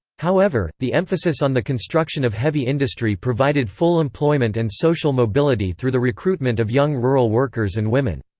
however, the emphasis on the construction of heavy industry provided full employment and social mobility through the recruitment of young rural workers and women.